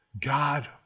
God